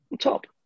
Top